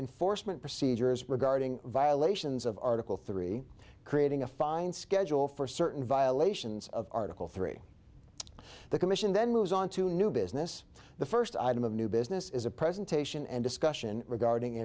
enforcement procedures regarding violations of article three creating a fine schedule for certain violations of article three the commission then moves on to new business the first item of new business is a presentation and discussion regarding